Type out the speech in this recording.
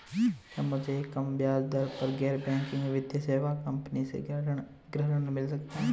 क्या मुझे कम ब्याज दर पर गैर बैंकिंग वित्तीय सेवा कंपनी से गृह ऋण मिल सकता है?